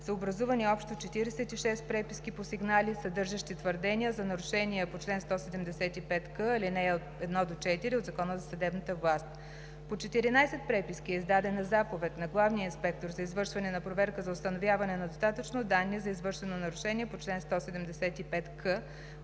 са образувани общо 46 преписки по сигнали, съдържащи твърдения за нарушения по чл. 175к, ал. 1 – 4 от Закона за съдебната власт. По 14 преписки е издадена заповед на главния инспектор за извършване на проверка за установяване на достатъчно данни за извършено нарушение по чл. 175к